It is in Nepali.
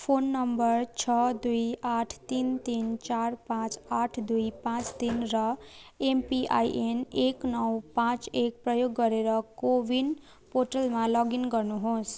फोन नम्बर छ दुई आठ तिन तिन चार पाँच आठ दुई पाँच तिन र एमपिआइएन एक नौ पाँच एक प्रयोग गरेर कोविन पोर्टलमा लगइन गर्नुहोस्